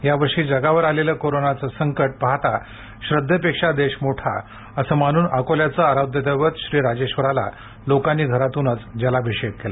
यावर्षी जगावर आलेले कोरोनाचे संकट पाहता श्रद्वे पेक्षा देश मोठा असे मानून अकोल्याचे आराध्य दैवत श्रीराजेश्वराला लोकांनी घरातूनच जलाभिषेक केला